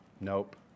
Nope